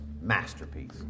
masterpiece